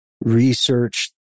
research